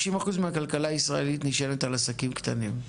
50% מהכלכלה הישראלית נשענת על עסקים קטנים.